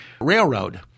railroad